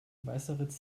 weißeritz